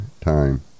time